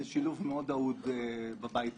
זה שילוב מאוד אהוד בבית הזה...